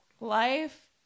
life